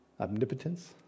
omnipotence